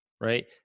right